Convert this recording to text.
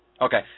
Okay